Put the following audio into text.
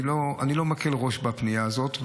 אני לא מקל ראש בפנייה הזאת,